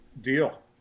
deal